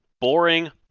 Boring